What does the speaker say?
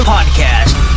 Podcast